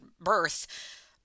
Birth